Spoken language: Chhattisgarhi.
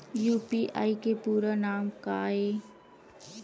यू.पी.आई के पूरा नाम का ये?